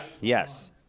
Yes